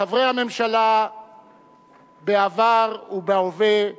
חברי הממשלה בעבר ובהווה,